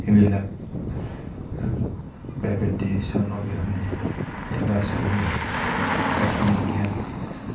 সেইবিলাক private tuition অবিহনে সেই ল'ৰা ছোৱালীয়ে সেইখিনি জ্ঞান